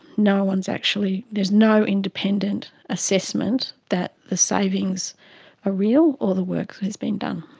no one has actually, there's no independent assessment that the savings are real or the work has been done.